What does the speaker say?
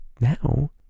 now